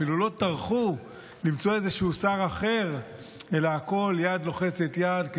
אפילו לא טרחו למצוא שר אחר אלא הכול יד רוחצת יד,